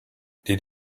did